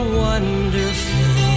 wonderful